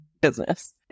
business